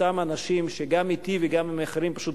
אותם אנשים שגם אתי וגם עם אחרים פשוט